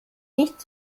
nicht